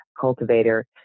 cultivator